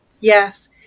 Yes